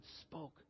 spoke